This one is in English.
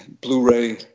Blu-ray